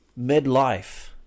midlife